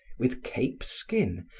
with cape skin,